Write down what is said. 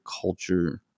culture